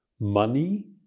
money